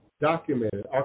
Documented